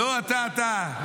לא, אתה, אתה.